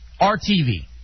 RTV